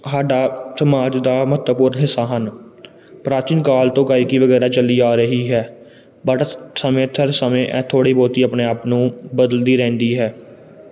ਸਾਡਾ ਸਮਾਜ ਦਾ ਮਹੱਤਵਪੂਰਨ ਹਿੱਸਾ ਹਨ ਪ੍ਰਾਚੀਨ ਕਾਲ ਤੋਂ ਗਾਇਕੀ ਵਗੈਰਾ ਚੱਲੀ ਆ ਰਹੀ ਹੈ ਬਟ ਸਮੇਂ ਸਰ ਸਮੇਂ ਇਹ ਥੋੜ੍ਹੀ ਬਹੁਤੀ ਆਪਣੇ ਆਪ ਨੂੰ ਬਦਲਦੀ ਰਹਿੰਦੀ ਹੈ